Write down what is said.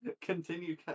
Continue